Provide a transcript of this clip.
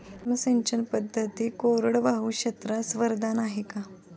सूक्ष्म सिंचन पद्धती कोरडवाहू क्षेत्रास वरदान आहे का?